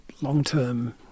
long-term